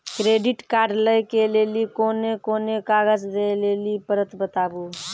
Credit card लै के लेली कोने कोने कागज दे लेली पड़त बताबू?